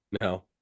No